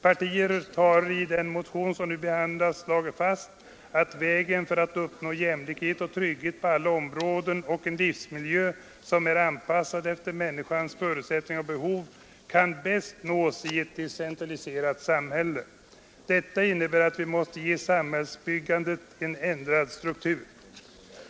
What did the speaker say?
Partiet har i den motion som nu behandlas slagit fast att vägen för att uppnå jämlikhet och trygghet på alla områden och en livsmiljö, som är anpassad efter människans förutsättningar och behov, kan bäst nås i ett decentraliserat samhälle. Detta innebär att vi måste ge samhällsbyggnaden en ändrad struktur.